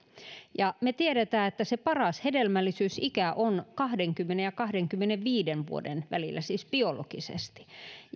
ja me tiedämme että paras hedelmällisyysikä on kahdenkymmenen ja kahdenkymmenenviiden vuoden välillä siis biologisesti